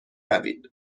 روید